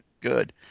good